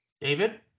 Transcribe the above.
David